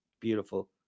Beautiful